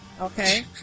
Okay